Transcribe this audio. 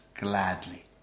gladly